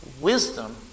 Wisdom